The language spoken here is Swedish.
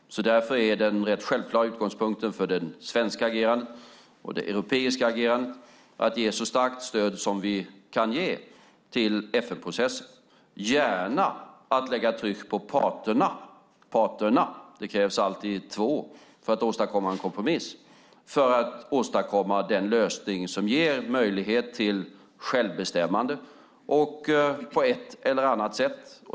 Därför är den rätt självklara utgångspunkten för det svenska och europeiska agerandet att ge så starkt stöd som möjligt till FN-processen, gärna att lägga tryck på parterna - det krävs alltid två - för att åstadkomma en kompromiss. Det ska åstadkomma den lösning som ger möjlighet till självbestämmande på ett eller annat sätt.